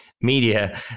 media